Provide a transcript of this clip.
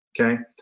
Okay